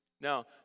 now